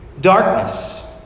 darkness